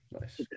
Nice